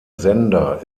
sender